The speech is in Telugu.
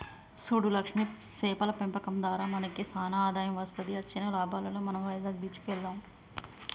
సూడు లక్ష్మి సేపల పెంపకం దారా మనకి సానా ఆదాయం వస్తది అచ్చిన లాభాలలో మనం వైజాగ్ బీచ్ కి వెళ్దాం